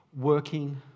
working